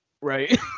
Right